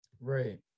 Right